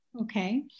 Okay